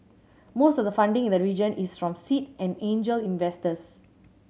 most of the funding in the region is from seed and angel investors